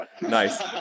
Nice